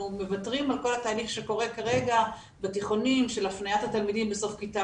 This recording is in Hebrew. מוותרים על כל התהליך שקורה כרגע בתיכונים של הפניית התלמידים בסוף כיתה